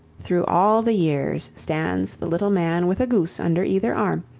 through all the years stands the little man with a goose under either arm,